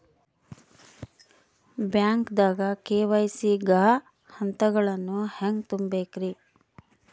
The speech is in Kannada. ಬ್ಯಾಂಕ್ದಾಗ ಕೆ.ವೈ.ಸಿ ಗ ಹಂತಗಳನ್ನ ಹೆಂಗ್ ತುಂಬೇಕ್ರಿ?